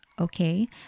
okay